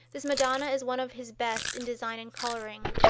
this madonna is one of his best in design and coloring.